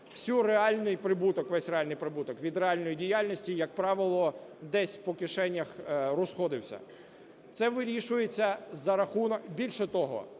Весь реальний прибуток від реальної діяльності, як правило, десь по кишенях розходився. Це вирішується за рахунок… Більше того,